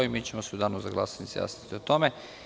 Mi ćemo se u danu za glasanje izjasniti o tome.